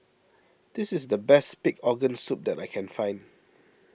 this is the best Pig Organ Soup that I can find